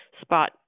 spot